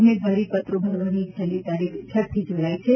ઉમેદવારીપત્રો ભરવાની છેલ્લી તારીખ છઠ્ઠી જૂલાઇ છે